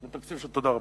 תודה רבה.